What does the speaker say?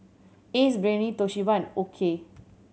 Ace Brainery Toshiba and OKI